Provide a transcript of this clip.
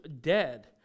dead